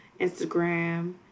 instagram